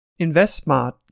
InvestSmart